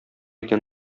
икән